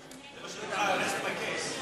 מה שנקרא I rest my case.